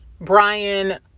Brian